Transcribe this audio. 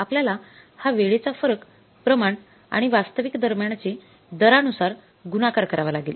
आपल्यला हा वेळेचा फरक प्रमाण आणि वास्तविक दरम्यानचे दरानुसार गुणाकार गुणाकार करावं लागेल